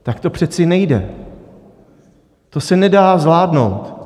Tak to přece nejde, to se nedá zvládnout.